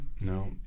no